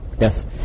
Yes